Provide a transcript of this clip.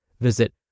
Visit